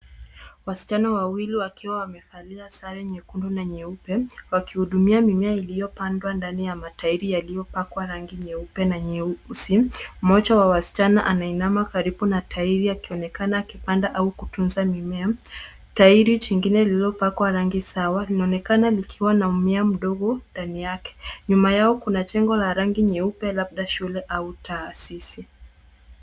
Waichana wawili wakiwa wamevalia sare nyekundu na nyeupe wakihudumia mimea iliyopandwa ndani ya matairi yaliyopakwa rangi nyeupe na nyeusi. Mmoja wa wasichana anainama karibu na tairi akionekana akipanda au kutunza mimea. Tairi jingine lililopakwa rangi sawa linaonekana likiwa na mmea mdogo ndani yake. Nyuma yao kuna jengo la rangi nyeupe lada shule au taasisi.